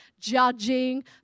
judging